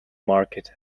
market